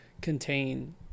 contain